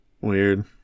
Weird